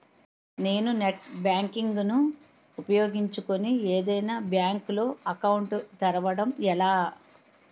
నేను net banking ను ఉపయోగించుకుని ఏదైనా బ్యాంక్ లో అకౌంట్ తెరవడం ఎలా?